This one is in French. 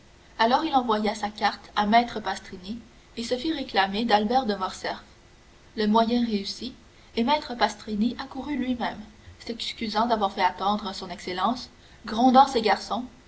alors il envoya sa carte à maître pastrini et se fit réclamer d'albert de morcerf le moyen réussi et maître pastrini accourut lui-même s'excusant d'avoir fait attendre son excellence grondant ses garçons